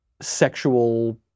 sexual